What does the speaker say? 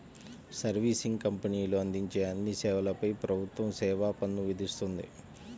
servicing కంపెనీలు అందించే అన్ని సేవలపై ప్రభుత్వం సేవా పన్ను విధిస్తుంది